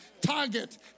Target